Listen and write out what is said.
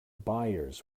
buyers